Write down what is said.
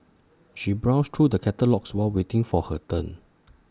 she browsed through the catalogues while waiting for her turn